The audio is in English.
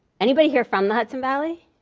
anybody here from the hudson valley?